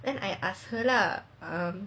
and I asked her lah